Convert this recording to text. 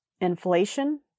Inflation